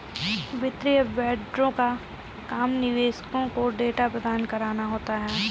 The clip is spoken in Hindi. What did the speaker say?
वित्तीय वेंडरों का काम निवेशकों को डेटा प्रदान कराना होता है